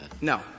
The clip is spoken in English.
No